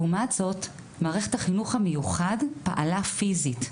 לעומת זאת, מערכת החינוך המיוחד פעלה פיזית.